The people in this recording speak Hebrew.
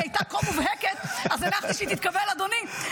היא הייתה כה מובהקת אז הנחתי שהיא תתקבל, אדוני.